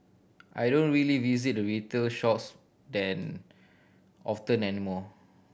I don't really visit the retail shops than often anymore